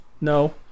No